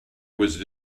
was